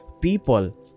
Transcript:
people